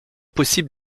possible